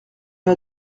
l’a